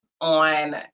on